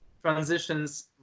transitions